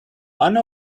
one